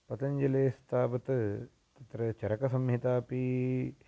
पतञ्जलेस्तावत् तत्र चरकसंहितापि